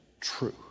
true